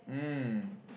mm